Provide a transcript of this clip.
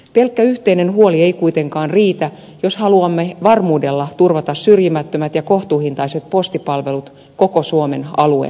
pelkkä yhteinen huoli ei kuitenkaan riitä jos haluamme varmuudella turvata syrjimättömät ja kohtuuhintaiset postipalvelut koko suomen alueella